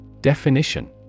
Definition